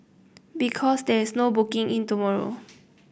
because there's no booking in tomorrow